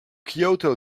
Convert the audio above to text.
kyoto